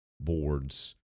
board's